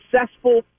successful